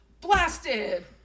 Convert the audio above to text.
Blasted